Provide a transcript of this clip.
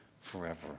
forever